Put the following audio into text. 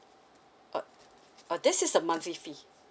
uh uh this is the monthly fee